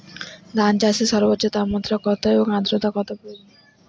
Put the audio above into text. ধান চাষে সর্বোচ্চ তাপমাত্রা কত এবং আর্দ্রতা কত প্রয়োজন?